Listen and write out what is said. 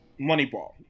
Moneyball